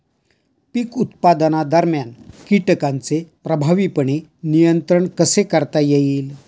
पीक उत्पादनादरम्यान कीटकांचे प्रभावीपणे नियंत्रण कसे करता येईल?